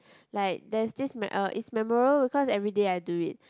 like there is this me~ uh is memorable because everyday I do it